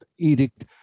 edict